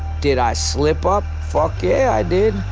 did i slip up? fuck yeah, i did,